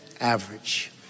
average